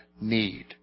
need